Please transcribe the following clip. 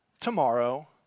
tomorrow